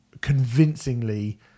convincingly